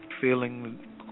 feeling